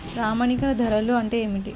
ప్రామాణిక ధరలు అంటే ఏమిటీ?